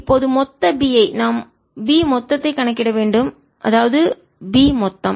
இப்போது மொத்த B ஐ நாம் B மொத்தத்தை கணக்கிட வேண்டும் அதாவது B மொத்தம்